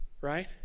Right